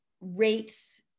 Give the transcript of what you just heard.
rates